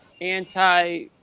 anti